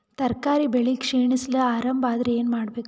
ತರಕಾರಿ ಬೆಳಿ ಕ್ಷೀಣಿಸಲು ಆರಂಭ ಆದ್ರ ಏನ ಮಾಡಬೇಕು?